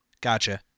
Gotcha